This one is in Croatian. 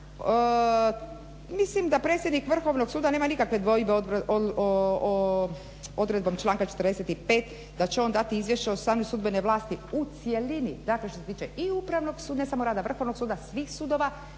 Mislim da predsjednik Vrhovnog suda nema nikakve dvojbe odredbom članka 45. da će on dati izvješće same sudbene vlasti u cjelini dakle što se tiče i upravnog suda, ne samo rada Vrhovnog suda, svih sudova,